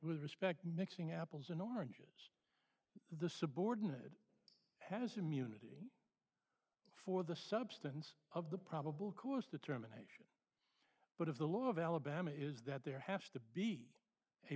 respect mixing apples and oranges the subordinate has immunity for the substance of the probable cause determination but if the law of alabama is that there has to be a